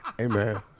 Amen